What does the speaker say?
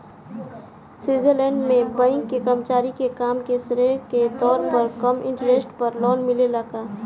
Switzerland में bank के कर्मचारी के काम के श्रेय के तौर पर कम इंटरेस्ट पर लोन मिलेला का?